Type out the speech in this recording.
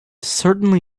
certainly